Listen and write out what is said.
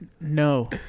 No